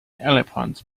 elephants